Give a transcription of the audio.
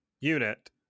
unit